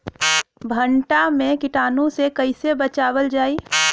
भनटा मे कीटाणु से कईसे बचावल जाई?